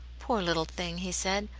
poor little thing! he said,